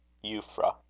euphra.